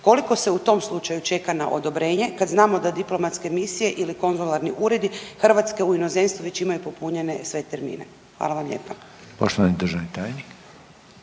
Koliko se u tom slučaju čeka na odobrenje kad znamo da diplomatske misije ili konzularni uredi Hrvatske u inozemstvu već imaju popunjene sve termine? Hvala vam lijepo.